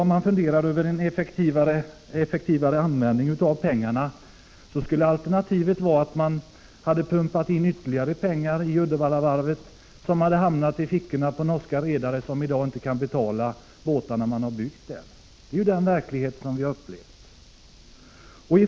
Om man funderar över en effektivare användning av pengarna, så skulle alternativet ha varit att pumpa in ytterligare pengar i Uddevallavarvet, pengar som hade hamnat i fickorna på de norska redare som i dag inte kan betala de båtar som byggts vid varvet. Det är den verklighet som vi upplevt.